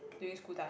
during school time